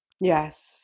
Yes